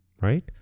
right